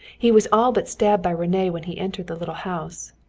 he was all but stabbed by rene when he entered the little house.